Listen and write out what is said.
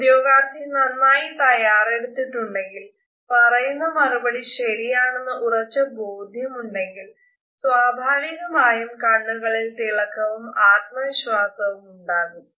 ഉദ്യോഗാർത്ഥി നന്നായി തയ്യാറെടുത്തിട്ടുണ്ടെങ്കിൽ പറയുന്ന മറുപടി ശരിയാണെന്ന് ഉറച്ച ബോധ്യം ഉണ്ടെങ്കിൽ സ്വാഭാവികമായും കണ്ണുകളിൽ തിളക്കവും ആത്മവിശ്വാസവും ഉണ്ടാകും